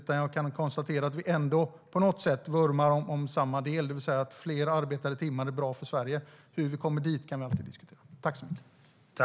Men jag kan konstatera att vi ändå på något sätt vurmar för samma sak, det vill säga att fler arbetade timmar är bra för Sverige. Hur vi kommer dit kan vi alltid diskutera.